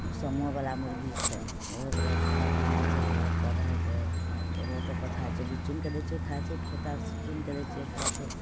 ओहो समय बला मुर्गी छै ओहो सबके खाए पीए लऽ दै छै रोड पर रहैत छै रोडे पर खाइ छै चुनि के दै छियै खाइत छै खेत आर से चुनिके दै छियै खाइत छै